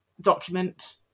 document